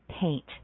paint